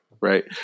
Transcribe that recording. right